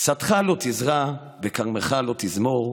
שדך לא תזרע וכרמך לא תזמֹר.